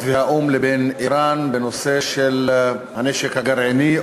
והאו"ם לבין איראן בנושא הנשק הגרעיני,